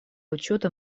учета